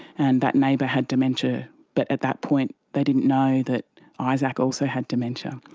and that neighbour had dementia but at that point they didn't know that isaac also had dementia.